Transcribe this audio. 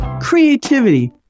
creativity